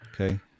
okay